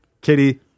Katie